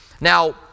Now